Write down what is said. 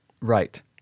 Right